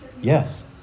Yes